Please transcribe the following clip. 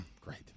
Great